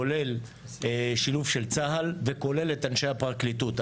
כולל שילוב של צה"ל וכולל את אנשי הפרקליטות.